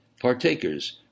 partakers